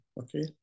Okay